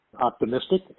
optimistic